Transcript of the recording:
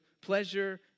pleasure